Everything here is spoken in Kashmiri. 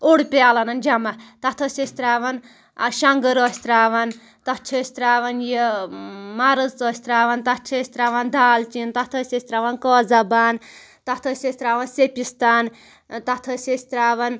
اوٚڈ پیٛالہٕ اَنان جمع تَتھ ٲسۍ أسۍ ترٛاوان ٲں شَنٛگٕر ٲسۍ ترٛاوان تَتھ چھِ أسۍ ترٛاوان یہِ ٲں مَرٕژ أسۍ ترٛاوان تَتھ چھِ أسۍ ترٛاوان دالچیٖن تَتھ ٲسۍ أسۍ ترٛاوان کٔہوٕ زَبان تَتھ ٲسۍ أسۍ ترٛاوان سٔپِستان ٲں تَتھ ٲسۍ أسۍ ترٛاوان